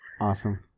Awesome